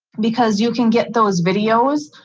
because you can get those videos,